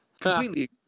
completely